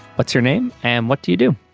what's your name and what do you do.